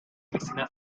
cristina